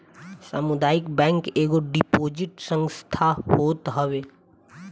सामुदायिक बैंक एगो डिपोजिटरी संस्था होत हवे